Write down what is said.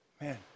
Man